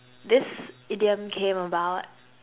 this idiom came about